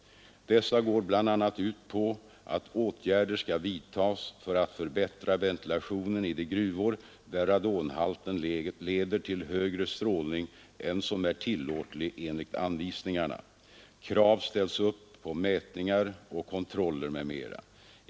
Dessa går bl.a. ut på att åtgärder skall vidtas för att förbättra ventilationen i de gruvor där radonhalten leder till högre strålning än som är tillåtlig enligt anvisningarna. Krav ställs upp på mätningar och kontroller m.m.